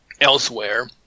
elsewhere